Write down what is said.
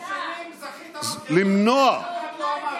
עשר שנים זכית בבחירות ואף אחד לא אמר,